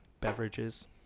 beverages